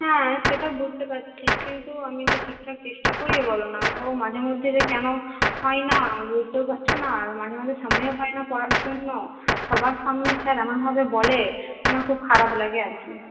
হ্যাঁ সেটা বুঝতে পারছি কিন্তু আমি তো ঠিকঠাক চেষ্টা করি বলো না তো মাঝেমধ্যে যে কেন হয় না বুঝতেও পারছি না আর মাঝেমাঝে সময়ও পাই না পড়ার জন্য সবার সামনে স্যার এমনভাবে বলে আমার খুব খারাপ লাগে আর কি